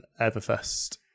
Everfest